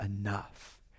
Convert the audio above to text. enough